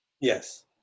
Yes